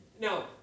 Now